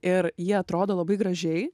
ir jie atrodo labai gražiai